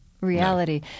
reality